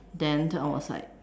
then I was like